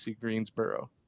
Greensboro